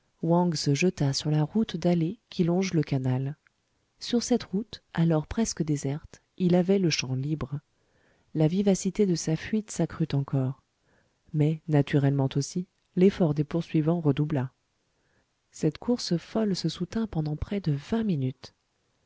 se jeta sur la route dallée qui longe le canal sur cette route alors presque déserte il avait le champ libre la vivacité de sa fuite s'accrut encore mais naturellement aussi l'effort des poursuivants redoubla cette course folle se soutint pendant près de vingt minutes